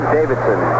Davidson